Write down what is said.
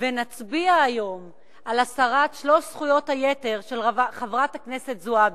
ונצביע היום על הסרת שלוש זכויות היתר של חברת הכנסת זועבי.